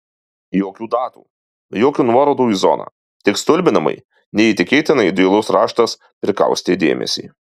jokių datų jokių nuorodų į zoną tik stulbinamai neįtikėtinai dailus raštas prikaustė dėmesį